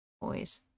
*Boys*